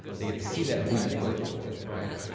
they get to see that who you work for, right?